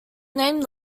named